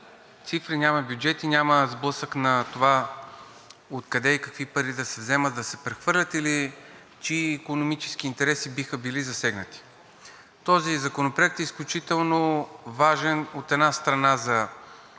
цифри, няма бюджети, няма сблъсък на това откъде и какви пари да се вземат и да се прехвърлят или чии икономически интереси биха били засегнати. Този законопроект е изключително важен, от една страна, за всички